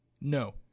No